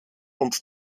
und